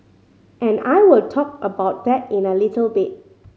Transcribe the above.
and I will talk about that in a little bit